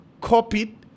copied